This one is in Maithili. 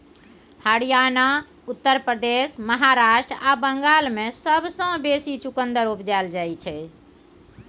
हरियाणा, उत्तर प्रदेश, महाराष्ट्र आ बंगाल मे सबसँ बेसी चुकंदर उपजाएल जाइ छै